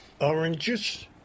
oranges